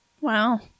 Wow